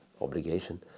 obligation